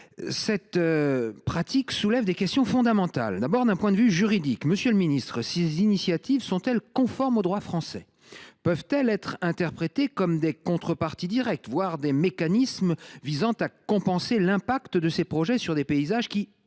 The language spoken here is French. cette pratique soulève des questions fondamentales. D’abord, d’un point de vue juridique, ces initiatives sont elles conformes au droit français ? Peuvent elles être interprétées comme des contreparties directes, voire des mécanismes visant à compenser l’impact de ces projets sur des paysages, qui,